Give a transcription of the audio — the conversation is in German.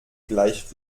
gleich